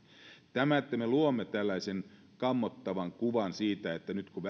kun me luomme tällaisen kammottavan kuvan siitä että nyt kun